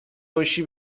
باشی